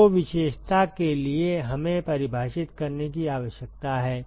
तो विशेषता के लिए हमें परिभाषित करने की आवश्यकता है